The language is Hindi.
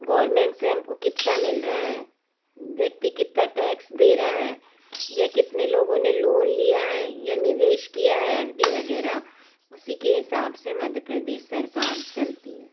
गोवर्मेंट से हमको कितना मिल रहा है व्यक्ति कितना टैक्स दे रहा है या कितने लोगों ने लोन लिया है या निवेश किया है एफ डी वगैरह उसी के हिसाब से मध्य प्रदेश सरकार चलती है